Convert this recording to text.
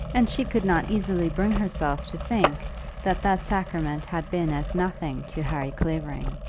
and she could not easily bring herself to think that that sacrament had been as nothing to harry clavering.